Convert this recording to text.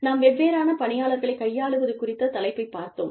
நாம் வெவ்வேறான பணியாளர்களை கையாளுவது குறித்த தலைப்பை பார்த்தோம்